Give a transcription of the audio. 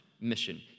mission